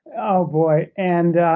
oh, boy. and,